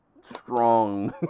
strong